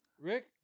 Rick